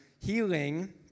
Healing